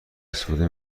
استفاده